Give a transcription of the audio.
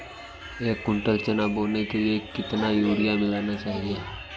एक कुंटल चना बोने के लिए कितना यूरिया मिलाना चाहिये?